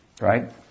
right